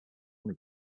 only